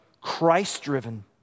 Christ-driven